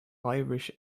irish